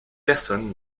personne